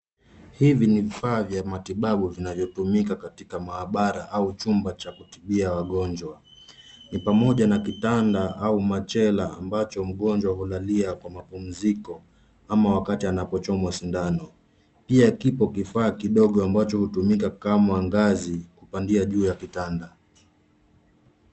Hivi ni vifaa vya matibabu vinavyo tumika katika maabara au chumba cha kutibia wagonjwa, ni pamoja na kitanda au machela ambacho mgonjwa hulalalia kwa mapumziko ama wakati anapo chomwa sindano. Pia kipo kifaa kidogo ambacho hutumika kama ngazi kupandia juu ya kitanda.